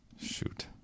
Shoot